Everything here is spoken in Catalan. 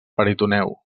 peritoneu